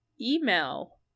email